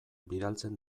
bidaltzen